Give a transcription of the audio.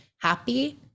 happy